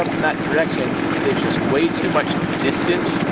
that direction, it's just way too much distance